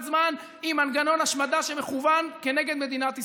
זמן עם מנגנון השמדה שמכוון כנגד מדינת ישראל.